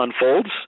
unfolds